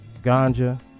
ganja